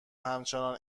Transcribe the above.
همچنان